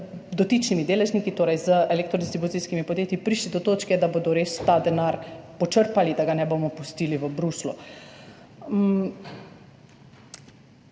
z elektrodistribucijskimi podjetji, prišli do točke, da bodo res ta denar počrpali, da ga ne bomo pustili v Bruslju.